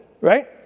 right